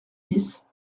dix